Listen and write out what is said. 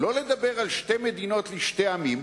שלא לדבר על שתי מדינות לשני עמים?